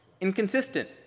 Inconsistent